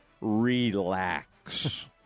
relax